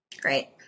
Great